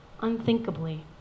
unthinkably